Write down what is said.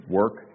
work